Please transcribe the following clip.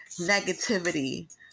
negativity